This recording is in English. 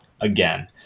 again